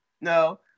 No